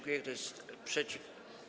Kto jest przeciw?